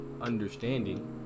understanding